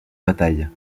bataille